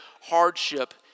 hardship